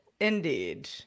Indeed